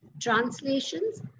translations